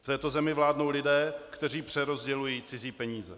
V této zemi vládnou lidé, kteří přerozdělují cizí peníze.